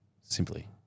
simply